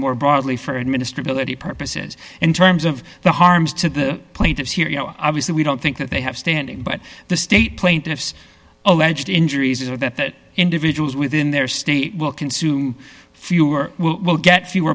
more broadly for administer ability purposes in terms of the harms to the plaintiffs here you know obviously we don't think that they have standing but the state plaintiffs alleged injuries or that individuals within their state will consume fewer will get fewer